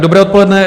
Dobré odpoledne.